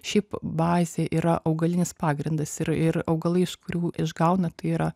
šiaip bazė yra augalinis pagrindas ir ir augalai iš kurių išgauna tai yra